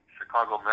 Chicago